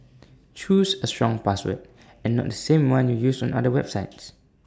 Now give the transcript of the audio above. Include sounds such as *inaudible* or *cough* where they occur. *noise* choose A strong password and not the same one you use on other websites